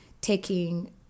taking